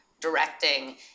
directing